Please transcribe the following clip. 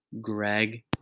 Greg